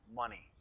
money